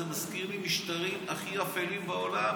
זה מזכיר לי משטרים הכי אפלים בעולם,